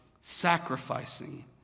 sacrificing